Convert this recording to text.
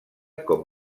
com